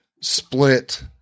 split